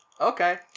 Okay